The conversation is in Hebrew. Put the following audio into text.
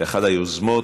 ואחת היוזמות,